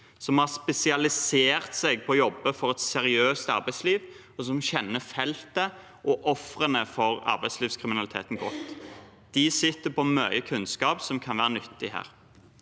som har spesialisert seg på å jobbe for et seriøst arbeidsliv, og som kjenner feltet og ofrene for arbeidslivskriminaliteten godt. De sitter på mye kunnskap som kan være nyttig her.